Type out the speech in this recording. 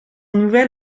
nouvel